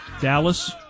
Dallas